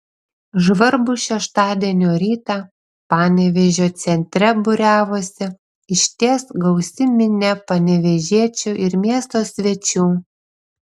žvarbų šeštadienio rytą panevėžio centre būriavosi išties gausi minia panevėžiečių ir miesto svečių